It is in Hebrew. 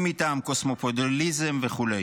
אם מטעם קוסמופוליטיזם וכו',